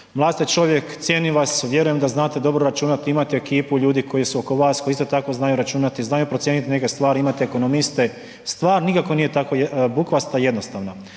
mlad ste čovjek, cijenim vas, vjerujem da znate dobro računati, imate ekipu ljudi koji su oko vas koji isto tako znaju računati, znaju procijeniti neke stvari, imate ekonomiste, stvar nikako nije tako bukvasta i jednostavna.